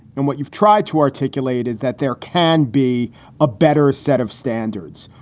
and what you've tried to articulate is that there can be a better set of standards.